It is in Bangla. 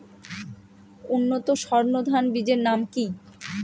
উন্নত সর্ন ধান বীজের নাম কি?